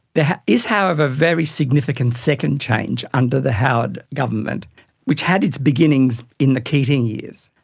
there is however a very significant second change under the howard government which had its beginnings in the keating years.